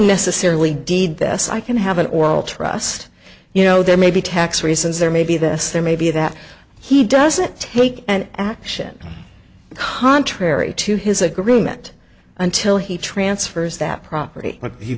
necessarily deed this i can have an oral trust you know there may be tax reasons there may be this there may be that he doesn't take an action contrary to his agreement until he transfers that property